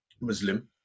Muslim